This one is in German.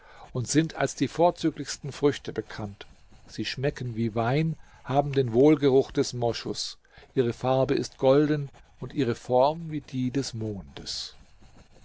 und sind als die vorzüglichsten früchte bekannt sie schmecken wie wein haben den wohlgeruch des moschus ihre farbe ist golden und ihre form wie die des mondes